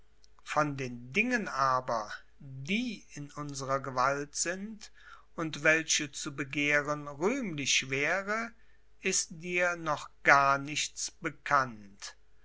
von den dingen aber die in unserer gewalt sind und welche zu begehren rühmlich wäre ist dir noch gar nichts bekannt